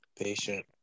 patient